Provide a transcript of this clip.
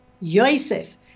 Yosef